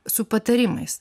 su patarimais